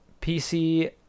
PC